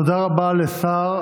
תודה רבה לשר